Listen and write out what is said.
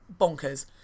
bonkers